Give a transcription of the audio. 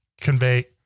convey